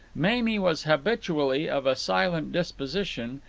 mamie was habitually of a silent disposition,